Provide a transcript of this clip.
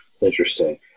Interesting